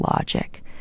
logic